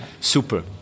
Super